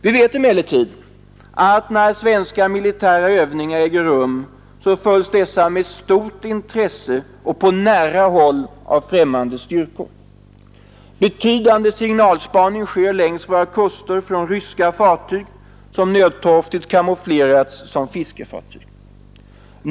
Vi vet emellertid att när svenska militära övningar äger rum följs dessa med stort intresse och på nära håll av främmande länders styrkor. Betydande signalspaning sker längs våra kuster från ryska fartyg, som nödtorftigt kamouflerats som fiskefartyg.